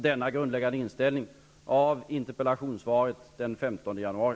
Denna grundläggande inställning framgår också av interpellationssvaret den 15 januari.